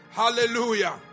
hallelujah